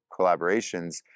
collaborations